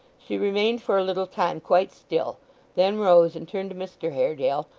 she remained for a little time quite still then rose and turned to mr haredale,